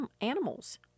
animals